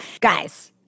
guys